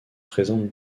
présente